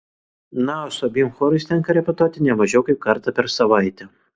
na o su abiem chorais tenka repetuoti ne mažiau kaip kartą per savaitę